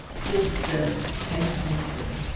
since the tenth century